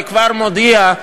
אני כבר מודיע,